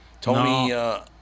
Tony